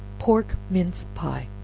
pork mince pies.